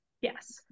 Yes